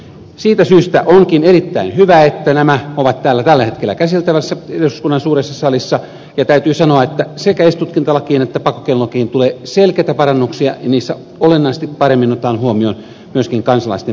siitä syystä onkin erittäin hyvä että nämä ovat täällä tällä hetkellä käsiteltävinä eduskunnan suuressa salissa ja täytyy sanoa että sekä esitutkintalakiin että pakkokeinolakiin tulee selkeitä parannuksia ja niissä olennaisesti paremmin otetaan huomioon myöskin kansalaisten perusoikeudet